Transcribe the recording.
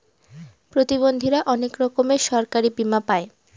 প্রতিবন্ধীরা অনেক রকমের সরকারি বীমা পাই